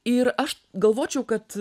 ir aš galvočiau kad